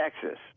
Texas